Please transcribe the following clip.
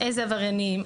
איזה עבריינים,